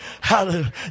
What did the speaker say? Hallelujah